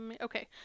Okay